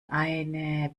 eine